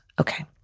Okay